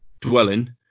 dwelling